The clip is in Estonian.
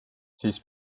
siis